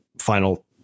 final